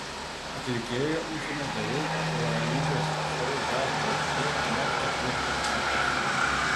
atlikėja užėmė devintą o realybės šou jav žvaigždė net ketvirtą vietas